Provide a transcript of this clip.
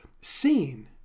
seen